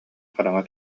хараҥа